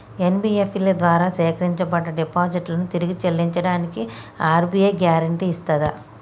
NBFC ల ద్వారా సేకరించబడ్డ డిపాజిట్లను తిరిగి చెల్లించడానికి ఆర్.బి.ఐ గ్యారెంటీ ఇస్తదా?